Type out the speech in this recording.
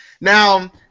Now